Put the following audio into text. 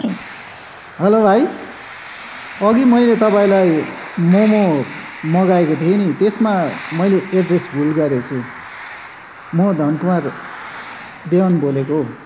hello भाइ अघि मैले तपाईँलाई मोमो मगाएको थिएँ नि त्यसमा मैले एड्रेस भुल गरेछु म धनकुमार देवान बोलेको हौ